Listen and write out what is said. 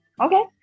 Okay